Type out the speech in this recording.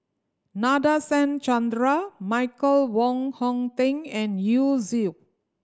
Nadasen Chandra Michael Wong Hong Teng and Yu Zhuye